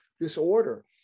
disorder